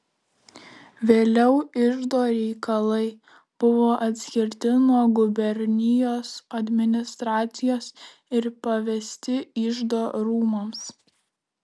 vėliau iždo reikalai buvo atskirti nuo gubernijos administracijos ir pavesti iždo rūmams